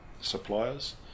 suppliers